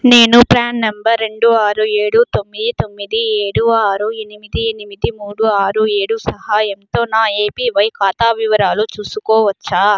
నేను PRAN number రెండు ఆరు ఏడు తొమ్మిది తొమ్మిది ఏడు ఆరు ఎనిమిది ఎనిమిది మూడు ఆరు ఏడు సహాయంతో నా ఏపీవై ఖాతా వివరాలు చూసుకోవచ్చా